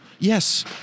Yes